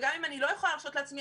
וגם אם אני לא יכולה להרשות לעצמי,